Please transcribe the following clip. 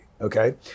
Okay